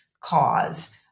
cause